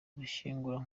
gushyingurwa